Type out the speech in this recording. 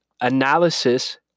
analysis